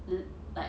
l~ like